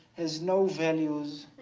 has no values,